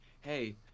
Hey